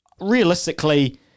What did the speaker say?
realistically